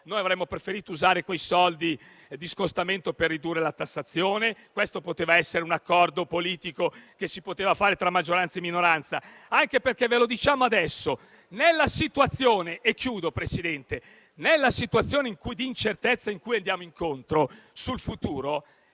Avremmo preferito usare i soldi derivanti dallo scostamento per ridurre la tassazione. Questo accordo politico si poteva fare tra maggioranza e minoranza, anche perché, ve lo diciamo adesso, nella situazione di incertezza cui andiamo incontro in futuro,